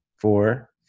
four